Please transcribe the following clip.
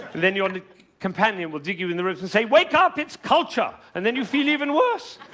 then your companion will dig you in the ribs and say, wake up! it's culture! and then you feel even worse.